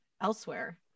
elsewhere